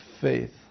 faith